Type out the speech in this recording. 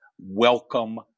welcome